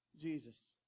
Jesus